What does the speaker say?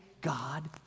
God